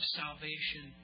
salvation